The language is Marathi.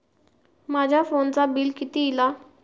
माझ्या फोनचा बिल किती इला?